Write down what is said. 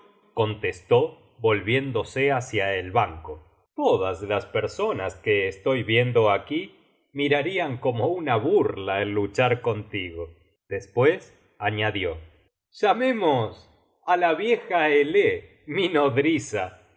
contestó volviéndose hácia el banco todas las personas que estoy viendo aquí mirarian como una burla el luchar contigo despues añadió llamemos á la vieja elé mi nodriza